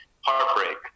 heartbreak